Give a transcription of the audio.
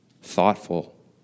thoughtful